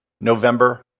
November